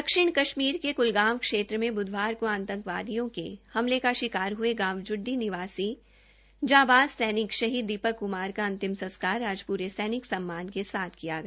दक्षिण कश्मीर के क्लगाम क्षेत्र में बीते बुधावार को आतंकियों के हमले का शिकार हये गांव जुड़डी निवासी जावाज़ सैनका शहीद दीपक कुमार का अंतिम संस्कार आज पूरे सैनिक सम्मान के साथ किया गया